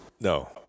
No